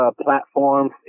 platforms